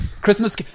Christmas